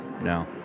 no